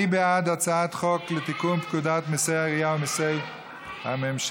מי בעד הצעת חוק לתיקון פקודת מיסי העירייה ומיסי הממשלה?